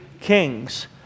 kings